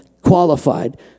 qualified